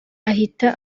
ahita